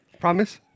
Promise